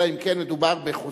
אלא אם כן מדובר בחוזר,